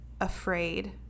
afraid